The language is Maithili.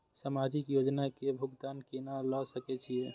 समाजिक योजना के भुगतान केना ल सके छिऐ?